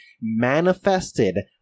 manifested